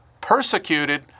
Persecuted